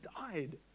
died